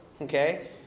okay